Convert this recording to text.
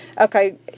Okay